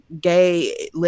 gay